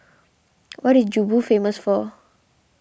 what is Juba famous for